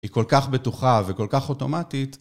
היא כל כך בטוחה וכל כך אוטומטית